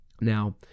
Now